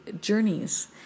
journeys